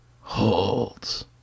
holds